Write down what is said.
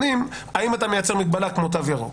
האם אתה מייצר מגבלה כמו תו ירוק?